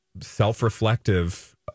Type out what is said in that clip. self-reflective